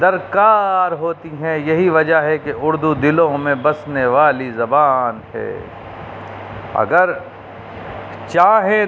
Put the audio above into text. درکار ہوتی ہیں یہی وجہ ہے کہ اردو دلوں میں بسنے والی زبان ہے اگر چاہے